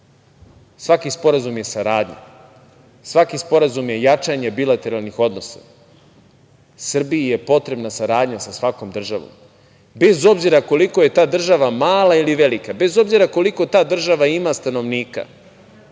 svaki sporazum je saradnja, svaki sporazum je jačanje bilateralnih odnosa. Srbiji je potrebna saradnja sa svakom državom, bez obzira koliko je ta država mala ili velika, bez obzira koliko ta država ima stanovnika,